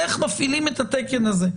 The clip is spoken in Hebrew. איך מפעילים את התקן הזה,